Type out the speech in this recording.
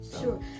Sure